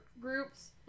groups